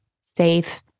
safe